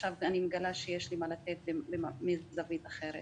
ועכשיו אני מגלה שיש לי מה לתת מזווית אחרת.